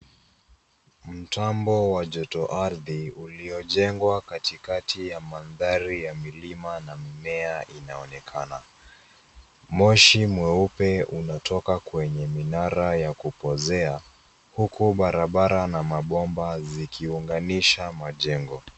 Mtambo wa joto ardhi, uliojengwa kati ya madhari ya milima na mimea inaonekana. Moshi mweupe unatoka kwenye minara ya kupozea, huku barabara na mabomba zikiunganisha majengo.